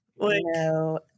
No